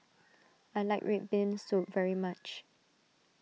I like Red Bean Soup very much